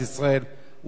אולי לא בכוונה גם.